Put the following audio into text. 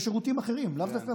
בשירותים אחרים, לאו דווקא המשרד.